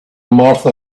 martha